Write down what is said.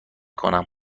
کنم